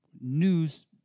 news